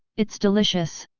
it's delicious!